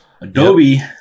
Adobe